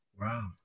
Wow